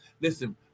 Listen